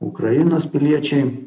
ukrainos piliečiai